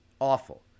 awful